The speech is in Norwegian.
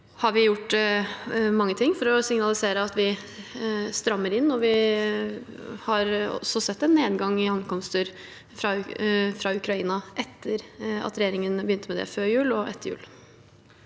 vi gjort mange ting for å signalisere at vi strammer inn. Vi har også sett en nedgang i ankomster fra Ukraina etter at regjeringen begynte med det, før jul og etter jul.